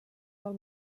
del